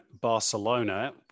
Barcelona